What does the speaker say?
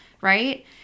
right